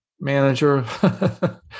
manager